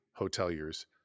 hoteliers